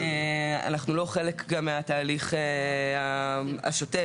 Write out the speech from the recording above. אנחנו לא חלק גם מהתהליך השוטף